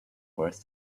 worth